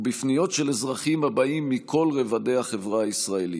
ובפניות של אזרחים הבאים מכל רובדי החברה הישראלית.